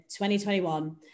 2021